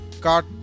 cut